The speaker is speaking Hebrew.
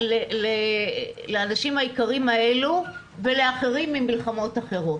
לאנשים היקרים האלה ולאחרים ממלחמות אחרות.